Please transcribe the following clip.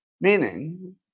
Meaning